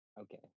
Okay